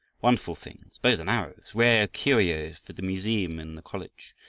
wonderful things, bows and arrows, rare curios for the museum in the college,